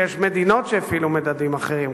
ויש מדינות שהפעילו מדדים אחרים,